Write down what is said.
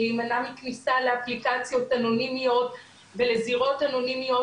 להימנע מכניסה לאפליקציות אנונימיות ולזירות אנונימיות